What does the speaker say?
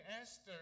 Esther